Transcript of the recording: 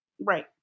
Right